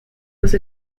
was